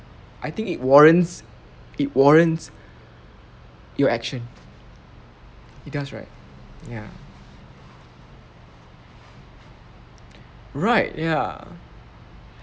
I think it warrants it warrants your action it does right ya right ya